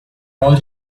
all